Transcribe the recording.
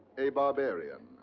a barbarian.